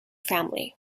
family